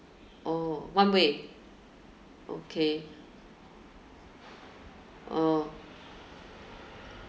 orh one way okay orh